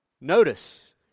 notice